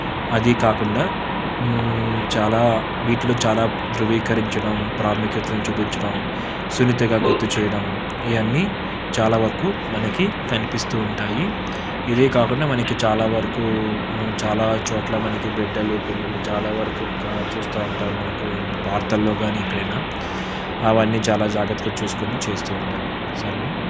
అదీ కాకుండా చాలా వీటిలో చాలా ధృవీకరించడం ప్రాముఖ్యతను చూపించటం సున్నితంగా గుర్తు చేయడం ఇవన్నీ చాలా వరకు మనకి కనిపిస్తూ ఉంటాయి ఇదే కాకుండా మనకి చాలా వరకు చాలా చోట్ల మనకి బిడ్డలు పిల్లలు చాలా వరకు చూస్తూ ఉంటారు మనకి వార్తల్లో కానీ ఎక్కడైనా అవన్నీ చాలా జాగ్రత్తగా చూసుకొని చేస్తూ ఉండాలి సరేనా